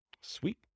Sweet